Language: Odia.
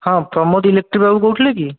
ହଁ ପ୍ରମୋଦ ଇଲେକ୍ଟ୍ରିକ୍ ବାବୁ କହୁଥିଲେ କି